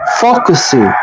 focusing